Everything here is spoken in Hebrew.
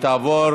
ותעבור